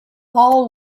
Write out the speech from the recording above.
all